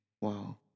Wow